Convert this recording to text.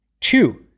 Two